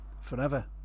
forever